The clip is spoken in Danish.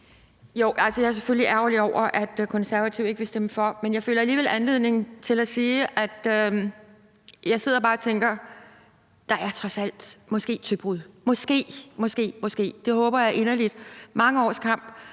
(DF): Jeg er selvfølgelig ærgerlig over, at Konservative ikke vil stemme for. Men jeg føler alligevel anledning til at sige, at jeg bare sidder og tænker: Der er trods alt måske tøbrud – måske, måske. Det håber jeg inderligt efter mange års kamp.